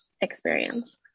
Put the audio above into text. experience